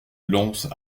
lance